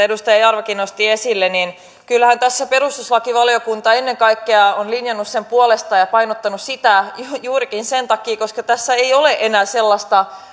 edustaja jarvakin nosti esille niin kyllähän tässä perustuslakivaliokunta ennen kaikkea on linjannut sen puolesta ja painottanut sitä juurikin sen takia että tässä ei ole enää sellaista